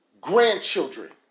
grandchildren